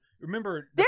Remember